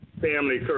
Family